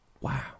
Wow